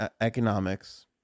economics